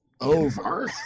over